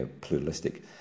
pluralistic